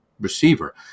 receiver